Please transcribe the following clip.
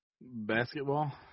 Basketball